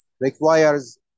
requires